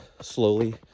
slowly